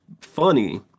Funny